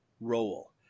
role